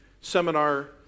seminar